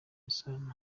isano